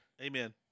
Amen